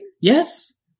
Yes